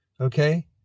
Okay